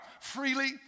Freely